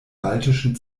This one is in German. baltischen